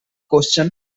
question